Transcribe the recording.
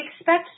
expect